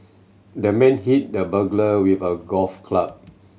the man hit the burglar with a golf club